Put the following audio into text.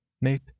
Nate